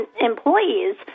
employees